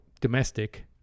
domestic